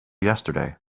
yesterday